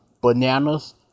bananas